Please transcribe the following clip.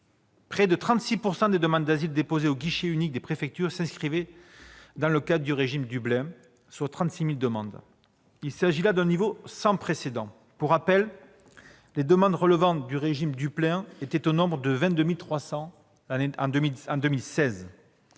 près de 36 % des demandes d'asile déposées au guichet unique des préfectures s'inscrivaient dans le cadre de ce règlement, soit 36 000 demandes. Il s'agit là d'un niveau sans précédent : pour rappel, les demandes sous procédure Dublin étaient au nombre de 22 300 en 2016.